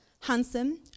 handsome